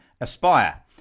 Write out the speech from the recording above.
Aspire